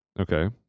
Okay